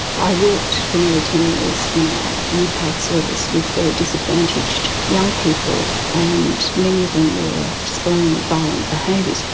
i worked for nearly ten years in a youth health service with very disadvantaged young people and many of them were displaying violent behaviours.